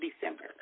December